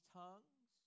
tongues